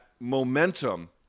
momentum